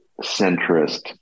centrist